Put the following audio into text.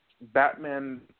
Batman